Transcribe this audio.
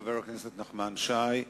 חבר הכנסת נחמן שי.